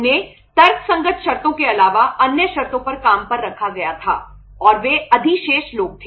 उन्हें तर्कसंगत शर्तों के अलावा अन्य शर्तों पर काम पर रखा गया था और वे अधिशेष लोग थे